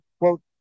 quote